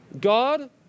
God